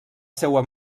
seua